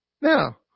Now